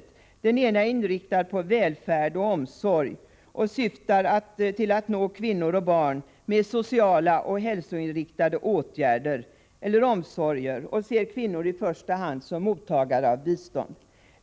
till kvinnor — den ena är inriktad mot välfärd och omsorg och syftar till att nå kvinnor och barn med sociala och hälsoinriktade åtgärder eller omsorger och ser kvinnor i första hand som mottagare av bistånd.